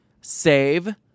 save